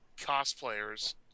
cosplayers